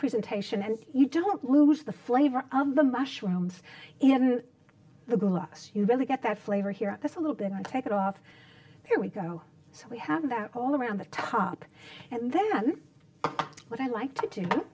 presentation and you don't lose the flavor of the mushrooms in the glass you really get that flavor here that's a little bit i take it off here we go so we have that all around the top and then what i like to do